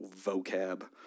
Vocab